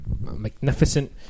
magnificent